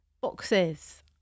boxes